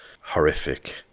horrific